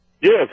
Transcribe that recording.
Yes